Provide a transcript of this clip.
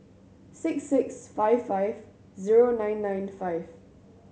six six five five zero nine nine five